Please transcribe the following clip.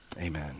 amen